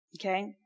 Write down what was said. Okay